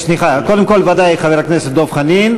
סליחה, קודם כול, ודאי, חבר הכנסת דב חנין.